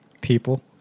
People